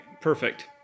Perfect